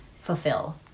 fulfill